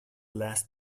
last